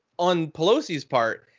on pelosi's part,